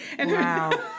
Wow